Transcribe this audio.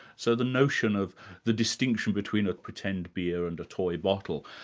so the notion of the distinction between a pretend beer and a toy bottle,